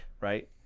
right